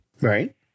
right